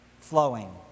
flowing